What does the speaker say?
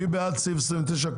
מי בעד סעיף 29,